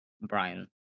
Brian